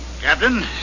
Captain